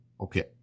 Okay